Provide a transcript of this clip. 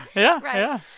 yeah right. yeah